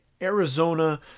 Arizona